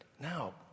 Now